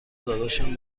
داداشم